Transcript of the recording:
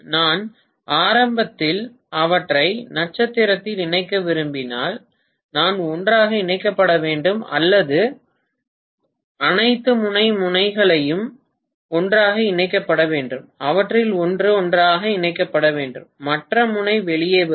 நான் ஆரம்பத்தில் அவற்றை நட்சத்திரத்தில் இணைக்க விரும்பினால் நான் ஒன்றாக இணைக்கப்பட வேண்டும் அல்லது அனைத்து முனை முனைகளும் ஒன்றாக இணைக்கப்பட வேண்டும் அவற்றில் ஒன்று ஒன்றாக இணைக்கப்பட வேண்டும் மற்ற முனை வெளியே வரும்